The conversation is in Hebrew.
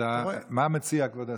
מה מציע כבוד השר?